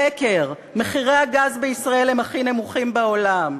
שקר: מחירי הגז בישראל הם הכי נמוכים בעולם.